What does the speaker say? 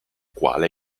quale